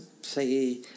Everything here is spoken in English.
say